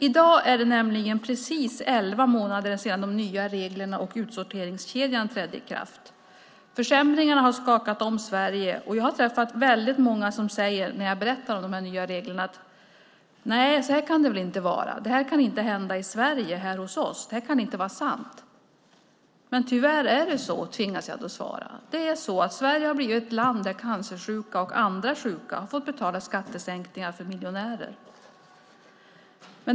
I dag är det nämligen precis elva månader sedan de nya reglerna och utsorteringskedjan trädde i kraft. Försämringarna har skakat om Sverige. Jag har träffat väldigt många som, när jag berättar om de nya reglerna, säger: Så kan det väl inte vara. Det kan inte hända här hos oss i Sverige. Det kan inte vara sant. Jag tvingas då svara att det tyvärr är så att Sverige har blivit ett land där cancersjuka och andra sjuka har fått betala skattesänkningar för miljonärer.